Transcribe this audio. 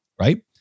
right